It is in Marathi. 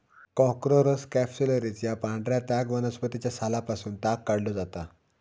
कॉर्कोरस कॅप्सुलरिस या पांढऱ्या ताग वनस्पतीच्या सालापासून ताग काढलो जाता